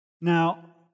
Now